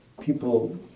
people